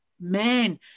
man